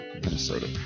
Minnesota